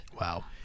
Wow